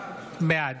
בעד